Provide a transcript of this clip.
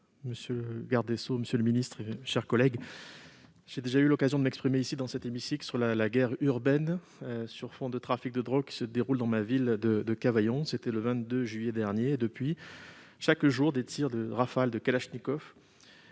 Monsieur le garde des sceaux, monsieur le ministre, j'ai déjà eu l'occasion de m'exprimer dans cet hémicycle sur la guerre urbaine sur fond de trafic de drogue qui se déroule dans ma ville de Cavaillon. C'était le 21 juillet dernier. Depuis, chaque jour, on déplore des tirs, des rafales de kalachnikov,